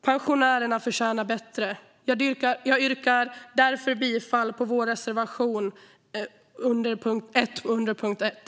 Pensionärerna förtjänar bättre. Jag yrkar därför bifall till vår reservation 1 under punkt 1.